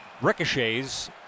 ricochets